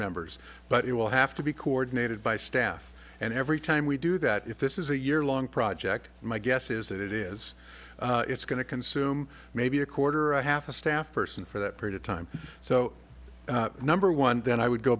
members but it will have to be coordinated by staff and every time we do that if this is a year long project my guess is that it is it's going to consume maybe a quarter or a half a staff person for that period of time so number one then i would go